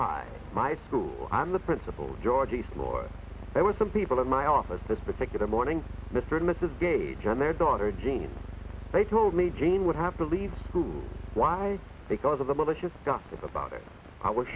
hi my school i'm the principal george eastman there were some people at my office this particular morning mr and mrs gage on their daughter jane they told me jane would have to leave school why because of the malicious gossip about it i was